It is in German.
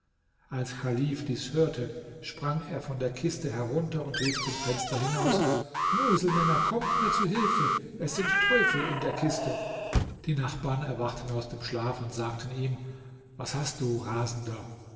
als chalif dies hörte sprang er von der kiste herunter und rief zum fenster hinaus muselmänner kommt mir zu hilfe es sind teufel in der kiste die nachbarn erwachten aus dem schlaf und sagten ihm was hast du rasender